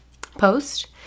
post